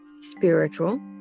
spiritual